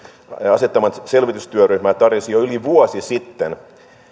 asettama selvitystyöryhmä tarjosi jo yli vuosi sitten